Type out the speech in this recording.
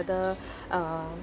whether uh